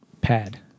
Pad